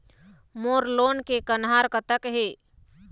मोर loan के कन्हार कतक हे?